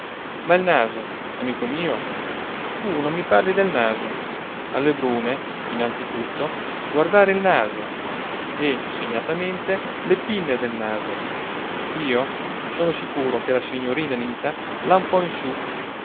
ma il naso amico mio tu non mi parli del naso alle brune innanzi tutto guardare il naso e segnatamente le pinne del naso io sono sicuro che la signorina anita l'ha un po in su